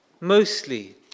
Mostly